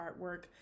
artwork